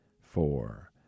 four